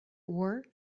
were